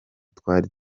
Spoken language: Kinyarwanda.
twari